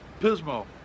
Pismo